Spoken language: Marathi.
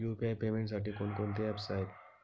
यु.पी.आय पेमेंटसाठी कोणकोणती ऍप्स आहेत?